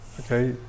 Okay